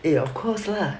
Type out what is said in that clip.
eh of course lah